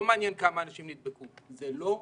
לא מעניין כמה אנשים נדבקו, זה לא מעניין.